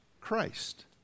Christ